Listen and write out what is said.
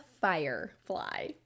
firefly